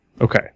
Okay